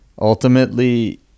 Ultimately